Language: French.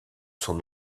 son